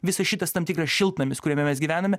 visas šitas tam tikras šiltnamis kuriame mes gyvename